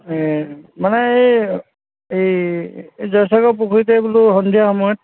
মানে এই এই জয়সাগৰ পুখুৰীতে বুলো সন্ধিয়া সময়ত